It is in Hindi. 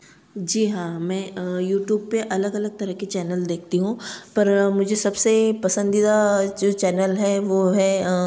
जी हाँ मैं यूटूब पर अलग अलग तरह के चैनल देखती हूँ पर मुझे सबसे पसंदीदा जो चैनल है वह है